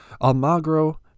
Almagro